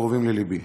הקרובים ללבי.